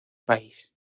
país